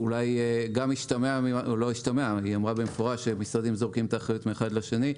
היא אמרה במפורש שהמשרדים זורקים את האחריות מאחד לשני.